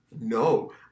No